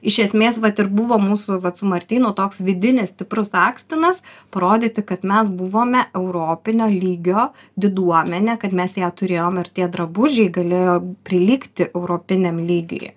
iš esmės vat ir buvo mūsų vat su martynu toks vidinis stiprus akstinas parodyti kad mes buvome europinio lygio diduomenė kad mes ją turėjom ir tie drabužiai galėjo prilygti europiniam lygyje